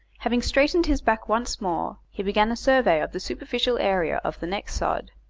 having straightened his back once more, he began a survey of the superficial area of the next sod,